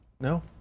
No